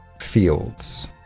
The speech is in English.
fields